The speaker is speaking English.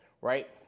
right